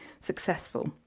successful